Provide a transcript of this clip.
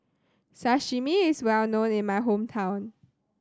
sashimi is well known in my hometown